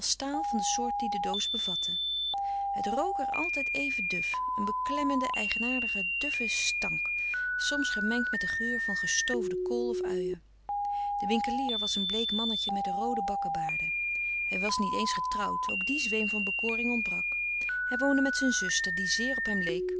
staal van de soort die de doos bevatte het rook er altijd even duf een beklemmende eigenaardige duffe stank soms gemengd met den geur van gestoofde kool of uien de winkelier was een bleek mannetje met roode bakkebaarden hij was niet eens getrouwd ook die zweem van bekoring ontbrak hij woonde met zijn zuster die zeer op hem leek